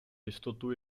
jistotu